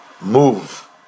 move